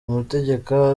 amategeko